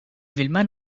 vilma